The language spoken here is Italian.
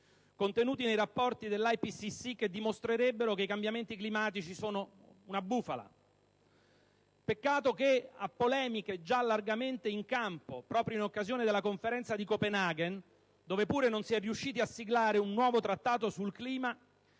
Panel on Climate Change*), che dimostrerebbero che i cambiamenti climatici sono una bufala. Peccato che, a polemiche già largamente in campo, proprio in occasione della Conferenza di Copenaghen, dove pure non si è riusciti a siglare un nuovo trattato sul clima,